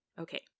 Okay